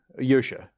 Yosha